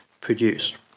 produced